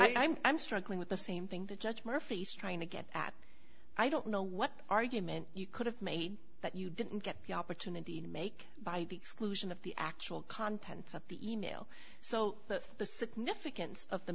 i i'm i'm struggling with the same thing the judge murphy's trying to get at i don't know what argument you could have made that you didn't get the opportunity to make by the exclusion of the actual contents of the e mail so that the significance of the